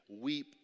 weep